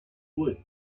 wood